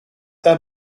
their